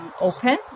open